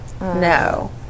No